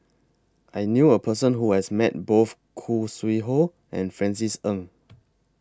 I knew A Person Who has Met Both Khoo Sui Hoe and Francis Ng